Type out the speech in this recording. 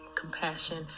compassion